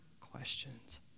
questions